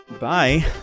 Bye